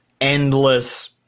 endless